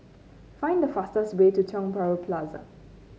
find the fastest way to Tiong Bahru Plaza